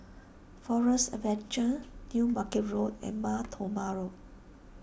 Forest Adventure New Market Road and Mar Thoma Road